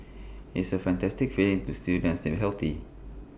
it's A fantastic feeling to see them still healthy